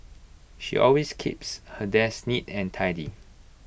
she always keeps her desk neat and tidy